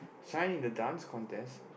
shine the Dance Contest